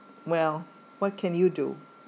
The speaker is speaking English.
well what can you do